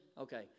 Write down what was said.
Okay